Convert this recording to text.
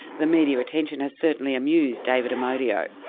the media attention has certainly amused david amodio.